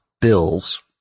bills